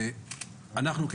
אנחנו,